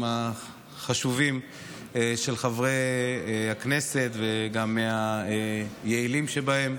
החשובים של חברי הכנסת וגם מהיעילים שבהם.